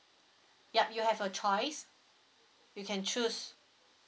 ya you have a choice you can choose